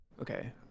Okay